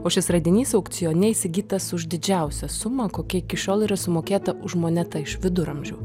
o šis radinys aukcione įsigytas už didžiausią sumą kokia iki šiol yra sumokėta už monetą iš viduramžių